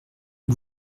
que